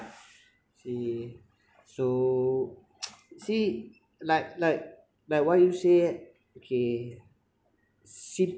see so see like like like what you say okay